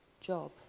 job